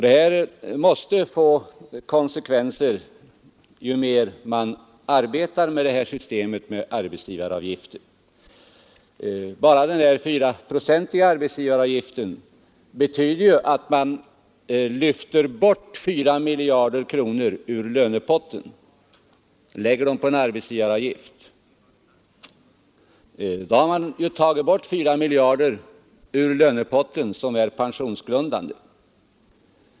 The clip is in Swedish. Detta måste få konsekvenser ju mer man arbetar med ett system baserat på arbetsgivaravgifter. Bara den fyraprocentiga arbetsgivaravgiften betyder att man lyfter bort 4 miljarder kronor ur lönepotten. Dessa 4 miljarder kronor är då inte längre pensionsgrundande.